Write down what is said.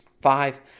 Five